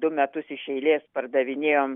du metus iš eilės pardavinėjom